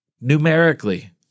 numerically